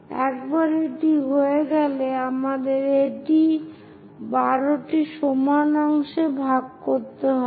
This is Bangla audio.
একবার এটি হয়ে গেলে আমাদের এটি 12টি সমান অংশে ভাগ করতে হবে